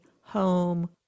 home